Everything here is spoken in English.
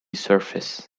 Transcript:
surface